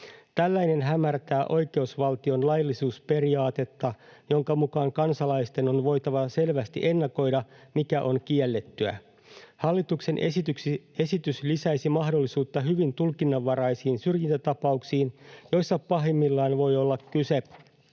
Tällainen hämärtää oikeusvaltion laillisuusperiaatetta, jonka mukaan kansalaisten on voitava selvästi ennakoida, mikä on kiellettyä. Hallituksen esitys lisäisi mahdollisuutta hyvin tulkinnanvaraisiin syrjintätapauksiin, joissa pahimmillaan voi olla kyse